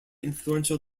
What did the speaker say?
influential